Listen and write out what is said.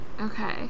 Okay